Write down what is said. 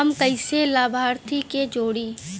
हम कइसे लाभार्थी के जोड़ी?